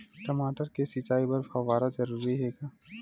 टमाटर के सिंचाई बर फव्वारा जरूरी हे का?